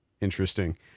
interesting